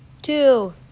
Two